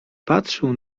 patrzył